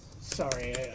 sorry